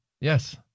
Yes